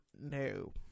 No